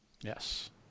Yes